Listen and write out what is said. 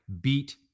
beat